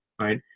right